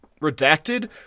redacted